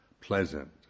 pleasant